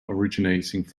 originating